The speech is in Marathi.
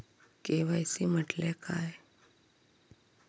के.वाय.सी म्हटल्या काय?